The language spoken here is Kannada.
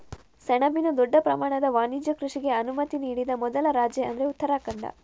ಸೆಣಬಿನ ದೊಡ್ಡ ಪ್ರಮಾಣದ ವಾಣಿಜ್ಯ ಕೃಷಿಗೆ ಅನುಮತಿ ನೀಡಿದ ಮೊದಲ ರಾಜ್ಯ ಅಂದ್ರೆ ಉತ್ತರಾಖಂಡ